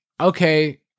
okay